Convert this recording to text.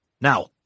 Now